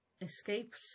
escaped